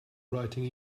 writing